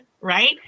Right